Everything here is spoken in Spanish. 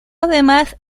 además